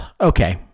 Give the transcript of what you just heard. Okay